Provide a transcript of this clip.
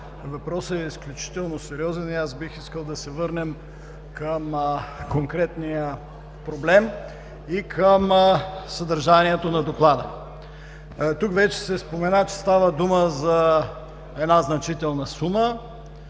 Въпросът е изключително сериозен и аз бих искал да се върнем към конкретния проблем и към съдържанието на Доклада. Тук вече се спомена, че става дума за една значителна сума.